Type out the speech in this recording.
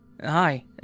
Hi